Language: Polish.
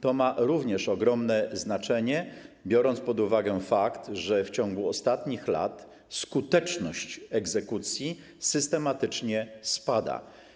To ma również ogromne znaczenie, biorąc pod uwagę fakt, że w ciągu ostatnich lat skuteczność egzekucji systematycznie spada.